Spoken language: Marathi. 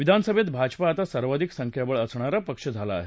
विधानसभेत भाजपा आता सर्वाधिक संख्याबळ असणारा पक्ष झाला आहे